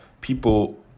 people